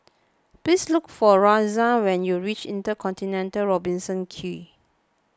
please look for Roxanne when you reach Intercontinental Robertson Quay